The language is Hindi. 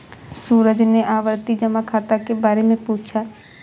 सूरज ने आवर्ती जमा खाता के बारे में पूछा